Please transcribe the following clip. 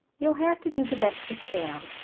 you'll have to do the best you can,